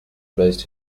based